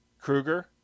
Kruger